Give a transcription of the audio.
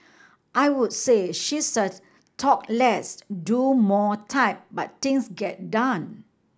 I would say she's a 'talk less do more' type but things get done